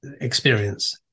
experience